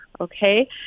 okay